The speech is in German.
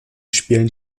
spielen